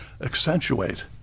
accentuate